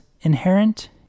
inherent